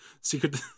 secret